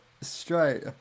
straight